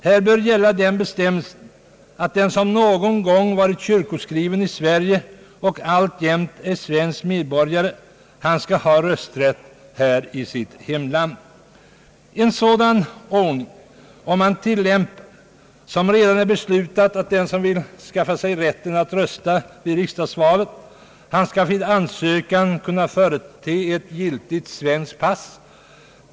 Här bör gälla att den som någon gång varit kyrkoskriven i Sverige och alltjämt är svensk medborgare skall ha rösträtt i sitt ursprungliga hemland. Enligt den ordning som nu är beslutad skall den som vill bli uppförd i den särskilda röstlängden vid ansökan härom kunna förete ett giltigt svenskt pass.